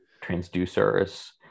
transducers